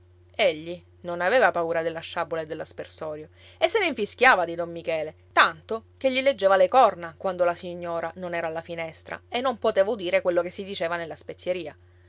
egli non aveva paura della sciabola e dell'aspersorio e se ne infischiava di don michele tanto che gli leggeva le corna quando la signora non era alla finestra e non poteva udire quello che si diceva nella spezieria